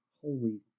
Holy